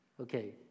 Okay